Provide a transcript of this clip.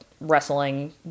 wrestling